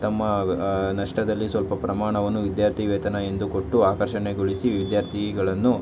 ತಮ್ಮ ನಷ್ಟದಲ್ಲಿ ಸ್ವಲ್ಪ ಪ್ರಮಾಣವನ್ನು ವಿದ್ಯಾರ್ಥಿವೇತನ ಎಂದು ಕೊಟ್ಟು ಆಕರ್ಷಣೆಗೊಳಿಸಿ ವಿದ್ಯಾರ್ಥಿಗಳನ್ನು